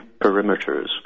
perimeters